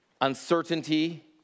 uncertainty